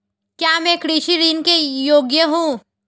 क्या मैं कृषि ऋण के योग्य हूँ?